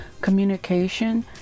communication